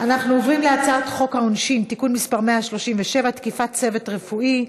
אנחנו עוברים להצעת חוק העונשין (תיקון מס' 137) (תקיפת צוות רפואי),